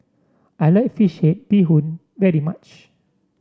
I like fish head Bee Hoon very much